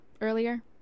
earlier